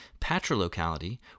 patrilocality